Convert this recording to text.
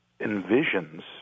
envisions